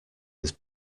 his